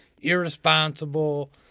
irresponsible